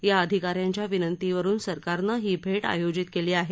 या अधिकार्यांच्या विनंतीवरून सरकारनं ही भेट आयोजित केली आहे